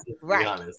Right